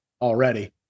Already